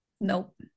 Nope